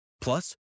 Plus